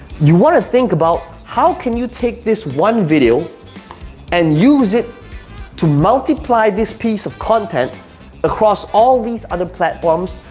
you wanna think about how can you take this one video and use it to multiply this piece of content across all these other platforms,